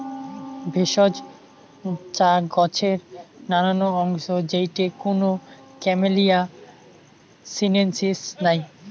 ভেষজ চা গছের নানান অংশ যেইটে কুনো ক্যামেলিয়া সিনেনসিস নাই